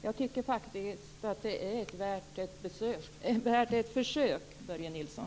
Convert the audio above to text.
Jag tycker faktiskt att det är värt ett försök, Börje Nilsson.